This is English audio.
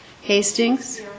Hastings